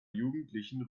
jugendlichen